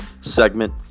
segment